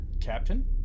captain